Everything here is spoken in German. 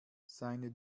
seine